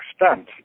extent